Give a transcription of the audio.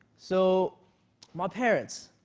so my parents.